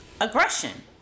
Aggression